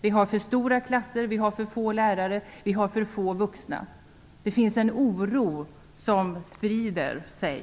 Vi har för stora klasser, vi har för få lärare och vi har för få vuxna. Det finns en oro som sprider sig.